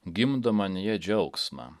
gimdo manyje džiaugsmą